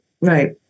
Right